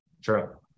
Sure